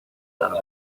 tarde